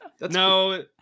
No